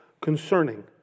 concerning